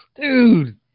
Dude